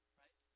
right